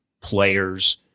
players